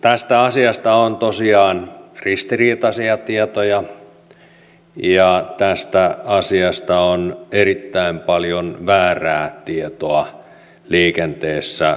tästä asiasta on tosiaan ristiriitaisia tietoja ja tästä asiasta on erittäin paljon väärää tietoa liikenteessä